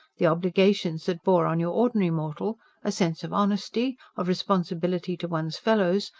the obligations that bore on your ordinary mortal a sense of honesty, of responsibility to one's fellows,